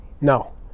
No